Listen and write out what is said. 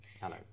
Hello